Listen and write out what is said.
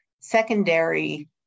secondary